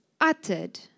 uttered